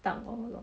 当 lok lok